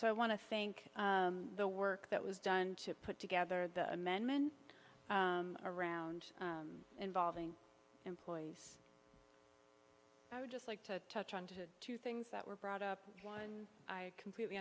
so i want to think the work that was done to put together the amendment around involving employees i would just like to touch on to two things that were brought up one i completely